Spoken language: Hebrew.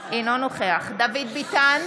אינו נוכח דוד ביטן,